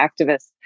activists